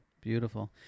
beautiful